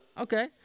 Okay